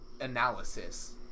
analysis